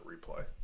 replay